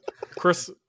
Chris